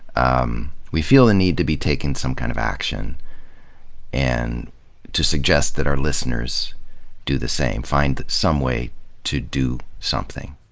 um we feel the need to be taking some kind of action and to suggest that our listeners do the same, find some way to do something.